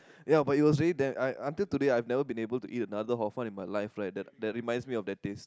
ya but it was really damn I I until today I have never been able to eat another Hor-Fun in my life right that that reminds me of that taste